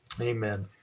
Amen